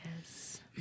Yes